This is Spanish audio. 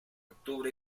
octubre